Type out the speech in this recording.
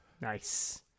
Nice